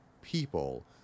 People